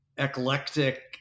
eclectic